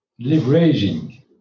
leveraging